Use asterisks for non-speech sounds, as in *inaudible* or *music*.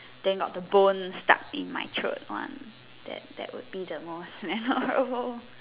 then got the bone stuck in my throat one that that would be the most memorable *laughs*